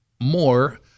more